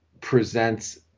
presents